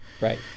Right